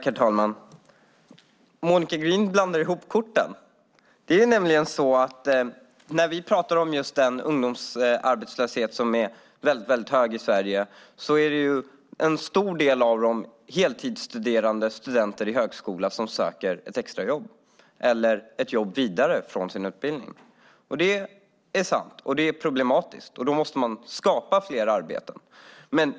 Herr talman! Monica Green blandar ihop korten. Den höga ungdomsarbetslösheten i Sverige utgörs till stor del av heltidsstuderande högskolestudenter som söker extrajobb eller jobb efter avslutad utbildning. Det är sant och problematiskt, och det måste skapas fler arbeten.